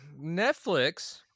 Netflix